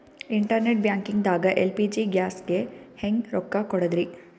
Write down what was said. Internet banking ದಾಗ LPG ಗ್ಯಾಸ್ಗೆ ಹೆಂಗ್ ರೊಕ್ಕ ಕೊಡದ್ರಿ?